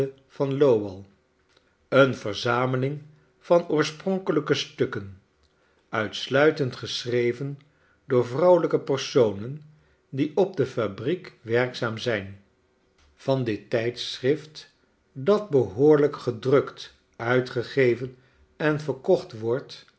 van lowell een verzameling van oorspronkelijke stukken uitsluitend geschreven door vrouwelijke personen die op de fabrieken werkzaam zijn van dit tijdschrift dat behoorlijk gedrukt uitgegeven en verkocht wordt